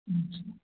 अच्छा